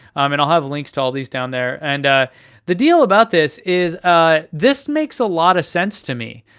um and i'll have links to all these down there. and the deal about this is ah this makes a lot of sense to me.